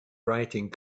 writing